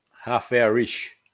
Half-hour-ish